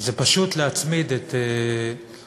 זה פשוט להצמיד את הקצבאות,